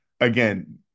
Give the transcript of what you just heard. again